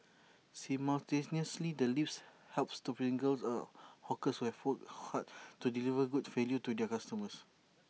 simultaneously the lips helps to single the hawkers we full hard to deliver good value to their customers